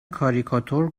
کاریکاتور